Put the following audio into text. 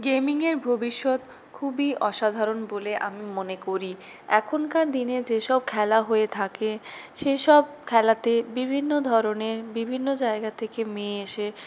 গেমিংয়ের ভবিষ্যত খুবই অসাধারণ বলে আমি মনে করি এখনকার দিনে যেসব খেলা হয়ে থাকে সেসব খেলাতে বিভিন্ন ধরনের বিভিন্ন জায়গা থেকে মেয়ে এসে